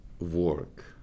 work